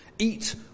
Eat